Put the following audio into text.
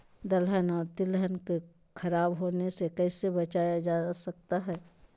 दलहन और तिलहन को खराब होने से कैसे बचाया जा सकता है?